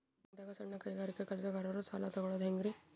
ಬ್ಯಾಂಕ್ದಾಗ ಸಣ್ಣ ಕೈಗಾರಿಕಾ ಕೆಲಸಗಾರರು ಸಾಲ ತಗೊಳದ್ ಹೇಂಗ್ರಿ?